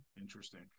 Interesting